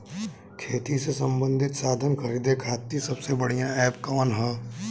खेती से सबंधित साधन खरीदे खाती सबसे बढ़ियां एप कवन ह?